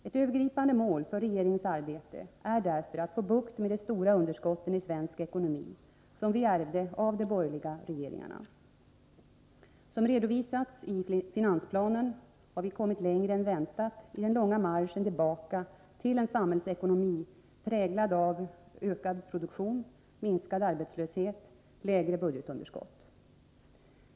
Ett övergripande mål för regeringens arbete är därför att få bukt med de stora underskott i svensk ekonomi som vi ärvde av de borgerliga regeringarna. Som redovisats i finansplanen har vi kommit längre än väntat i den långa marschen tillbaka till en samhällsekonomi, präglad av ökad produktion, minskad arbetslöshet och lägre budgetunderskott.